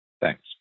Thanks